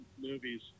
movies